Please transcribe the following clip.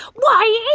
why yeah